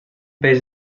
peix